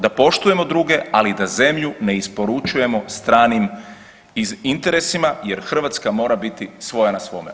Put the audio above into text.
Da poštujemo druge, ali da zemlju ne isporučujemo stranim interesima jer Hrvatska mora biti svoja na svome.